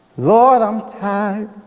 lord, i'm tired